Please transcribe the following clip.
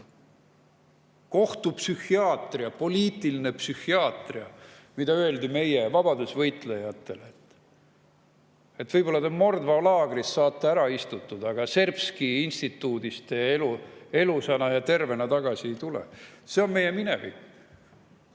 Kohtupsühhiaatria, poliitiline psühhiaatria. Mida öeldi meie vabadusvõitlejatele? "Võib-olla te Mordva laagris saate ära istutud, aga Serbski instituudist te elusa ja tervena tagasi ei tule." See on meie minevik